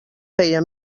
feia